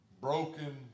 broken